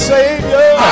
Savior